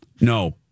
No